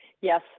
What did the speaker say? Yes